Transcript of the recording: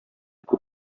күп